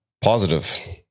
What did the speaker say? positive